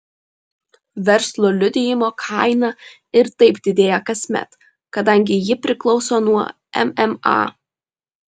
verslo liudijimo kaina ir taip didėja kasmet kadangi ji priklauso nuo mma